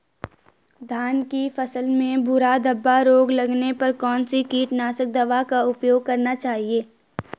धान की फसल में भूरा धब्बा रोग लगने पर कौन सी कीटनाशक दवा का उपयोग करना चाहिए?